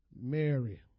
Mary